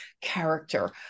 character